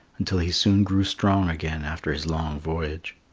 until he soon grew strong again after his long voyage.